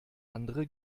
andere